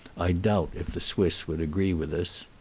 i doubt if the swiss would agree with us.